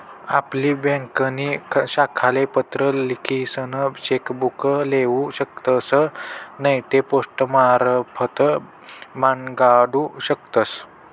आपली ब्यांकनी शाखाले पत्र लिखीसन चेक बुक लेऊ शकतस नैते पोस्टमारफत मांगाडू शकतस